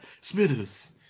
Smithers